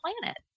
planet